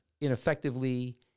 ineffectively